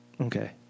Okay